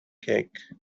cake